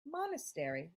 monastery